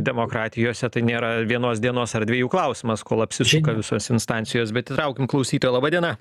demokratijose tai nėra vienos dienos ar dviejų klausimas kol apsisuka visos instancijos bet įtraukim klausytoją laba diena